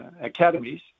academies